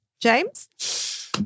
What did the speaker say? James